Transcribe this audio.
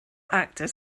actor